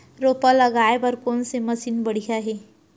रोपा लगाए बर कोन से मशीन बढ़िया हे?